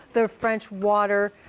the french water,